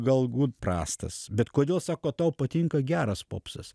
galbūt prastas bet kodėl sako tau patinka geras popsas